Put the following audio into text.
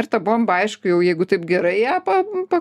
ir ta bomba aišku jau jeigu taip gerai ją pa pa